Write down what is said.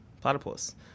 platypus